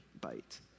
bite